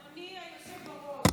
אדוני היושב-ראש,